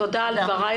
תודה על דבריך.